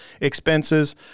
expenses